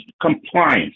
compliance